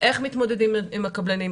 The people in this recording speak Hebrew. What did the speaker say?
איך מתמודדים עם הקבלנים.